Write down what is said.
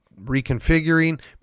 reconfiguring